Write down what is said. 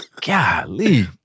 Golly